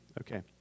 Okay